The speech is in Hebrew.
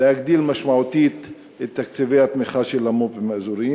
להגדיל משמעותית את תקציבי התמיכה של המו"פים האזוריים.